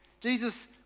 Jesus